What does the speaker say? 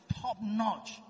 top-notch